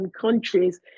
countries